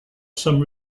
some